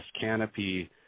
canopy